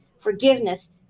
forgiveness